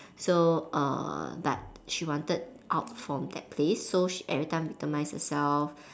so uh but she wanted out from that place so she every time victimise herself